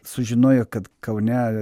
sužinojo kad kaune